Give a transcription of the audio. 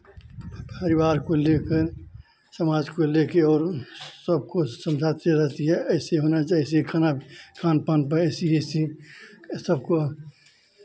परिवार को लेकर समाज को लेके और सबको समझाते रहती हैं ऐसे होना जैसे खाना खान पान पे ऐसी ऐसी ये सबको